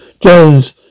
Jones